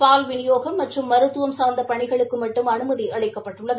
பால் விநிபோகம் மற்றும் மருத்துவம் சார்ந்த பணிகளுக்கு மட்டும் அனுமதி அளிக்கப்பட்டுள்ளது